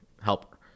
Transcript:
Help